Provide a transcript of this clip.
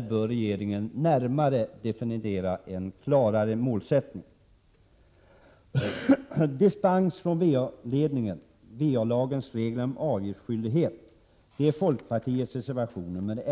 Regeringen bör närmare definiera en klarare målsättning. Dispens från va-lagens regler om avgiftsskyldighet behandlas i folkpartireservationen nr